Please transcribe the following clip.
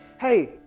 Hey